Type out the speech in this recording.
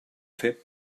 fer